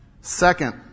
second